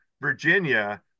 Virginia